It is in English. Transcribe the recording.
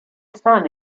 son